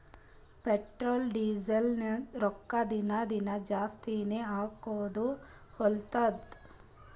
petrol, ಡೀಸೆಲ್ದು ರೊಕ್ಕಾ ದಿನಾ ದಿನಾ ಜಾಸ್ತಿನೇ ಆಕೊತ್ತು ಹೊಲತ್ತುದ್